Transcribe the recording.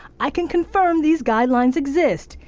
i can confirm these guidelines exist.